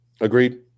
Agreed